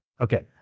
Okay